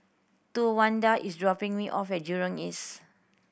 Towanda is dropping me off at Jurong East